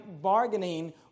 bargaining